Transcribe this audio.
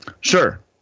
Sure